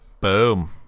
Boom